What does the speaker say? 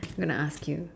gonna ask you